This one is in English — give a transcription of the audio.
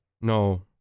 No